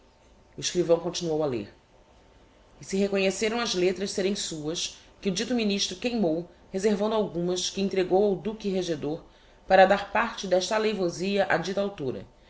escrivão continuou a lêr e se reconheceram as letras serem suas que o dito ministro queimou reservando algumas que entregou ao duque regedor para dar parte d'esta aleivosia á dita